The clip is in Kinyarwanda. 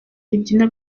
ribyina